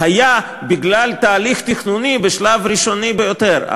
היה בגלל תהליך תכנוני בשלב ראשוני ביותר.